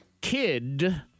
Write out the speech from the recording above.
Kid